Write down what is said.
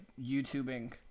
YouTubing